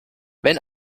wenn